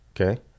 okay